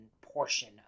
portion